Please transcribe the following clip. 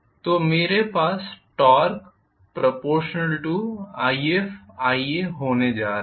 तो मेरे पास Torque∝ifia होने जा रहा है